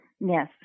Yes